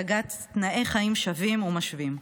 נלחמים להשגת תנאי חיים שווים ומשווים,